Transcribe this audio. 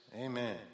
Amen